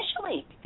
initially